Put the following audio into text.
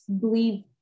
believe